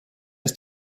ist